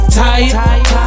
tired